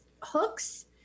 hooks